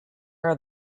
are